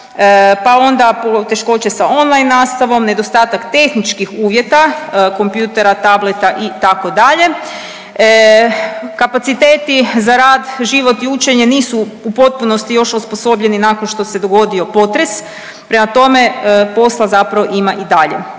pa onda poteškoće sa online nastavom, nedostatak tehničkih uvjeta, kompjutera, tableta itd.. Kapaciteti za rad, život i učenje nisu u potpunosti još osposobljeni nakon što se dogodio potres, prema tome posla zapravo ima i dalje.